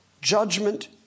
judgment